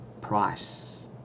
price